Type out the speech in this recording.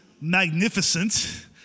magnificent